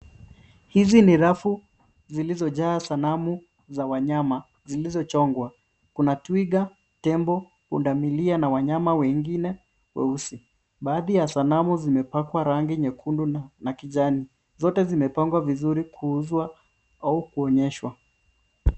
Hizi ni rafu zilizojaa sanamu za wanyama zilizochongwa. Kuna twiga, tembo, pundamilia na wanyama wengine weusi. Baadhi ya sanamu vimepakwa rangi nyekundu na kijani. Zote zimepangwa vizuri kuuzwa au kuonyeshwa.